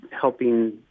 helping